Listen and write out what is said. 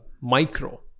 micro